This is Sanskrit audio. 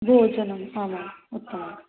द्वे जनम् आमाम् उत्तमं